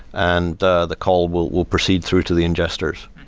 and the the call will will proceed through to the ingesters.